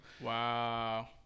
Wow